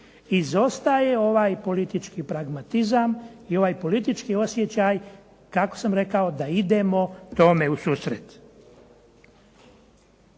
Izostaje ovaj politički pragmatizam i ovaj politički osjećaj kako sam rekao da idemo tome u susret.